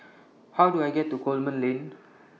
How Do I get to Coleman Lane